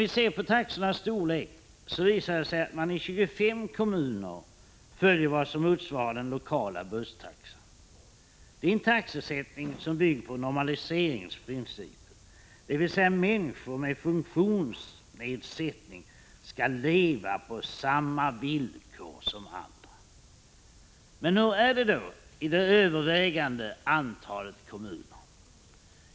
Vad gäller taxornas storlek visar det sig att man i 25 kommuner följer vad som motsvarar den lokala busstaxan. Det är en taxesättning som bygger på normaliseringsprincipen, dvs. människor med funktionsnedsättning skall leva på samma villkor som andra. Hur är det då i det övervägande antalet kommuner?